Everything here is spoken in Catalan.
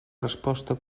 resposta